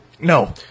No